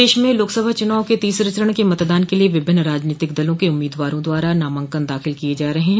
प्रदेश में लोकसभा चुनाव के तीसरे चरण क मतदान के लिये विभिन्न राजनीतिक दलों के उम्मीदवारों द्वारा नामांकन दाखिल किये जा रहे हैं